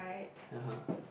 (uh huh)